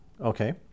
Okay